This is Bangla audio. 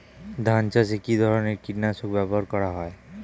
ধান চাষে কী ধরনের কীট নাশক ব্যাবহার করা হয়?